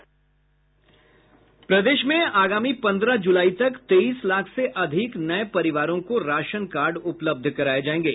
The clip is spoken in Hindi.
प्रदेश में आगामी पन्द्रह जुलाई तक तेईस लाख से अधिक नये परिवारों को राशन कार्ड उपलब्ध कराये जायेंगे